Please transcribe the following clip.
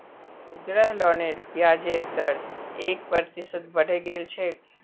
गृह लोनेर ब्याजेर दर एक प्रतिशत बढ़े गेल छेक